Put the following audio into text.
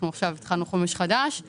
עכשיו התחלנו תוכנית חומש חדשה.